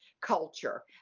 culture